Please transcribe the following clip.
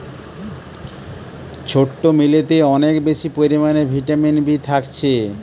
ছোট্ট মিলেতে অনেক বেশি পরিমাণে ভিটামিন বি থাকছে